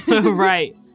Right